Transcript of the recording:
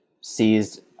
seized